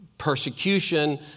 Persecution